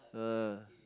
ah